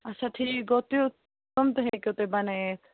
اچھا ٹھیٖک گوٚو تہٕ تِم تہِ ہٮ۪کو تُہۍ بنٲیِتھ